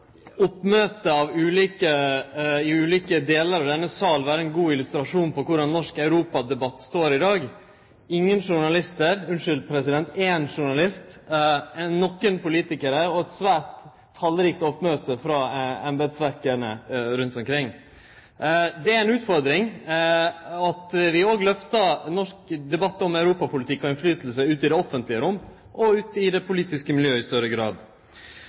oppmøtet i ulike delar av denne salen vere ein god illustrasjon på korleis norsk europadebatt står i dag. Det er ingen journalistar – unnskyld, ein journalist, nokre politikarar og eit svært talrikt oppmøte frå embetsverka rundt omkring. Det er ei utfordring å lyfte norsk debatt om europapolitikk og innflytelse ut i det offentlege rom og ut i det politiske miljøet i større grad.